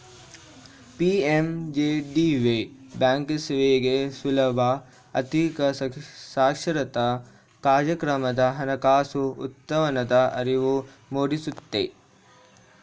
PMJDY ಬ್ಯಾಂಕ್ಸೇವೆಗೆ ಸುಲಭ ಆರ್ಥಿಕ ಸಾಕ್ಷರತಾ ಕಾರ್ಯಕ್ರಮದ ಹಣಕಾಸು ಉತ್ಪನ್ನದ ಅರಿವು ಮೂಡಿಸುತ್ತೆ